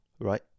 Right